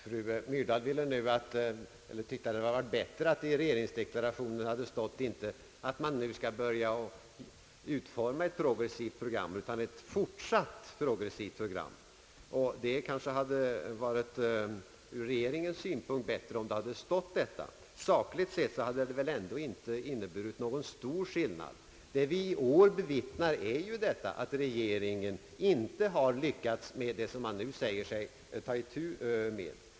Fru Myrdal tyckte att det hade varit bättre om det i regeringsdeklarationen hade stått inte att man nu skall börja utforma ett progressivt program utan i stället ett fortsatt progressivt program. Det kanske hade varit ur regeringens synpunkt bättre om det stått så, men sakligt sett hade det väl inte inneburit någon större skillnad. Vad vi i år bevittnar är att regeringen inte har lyckats med det den nu säger sig skola ta itu med.